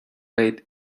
late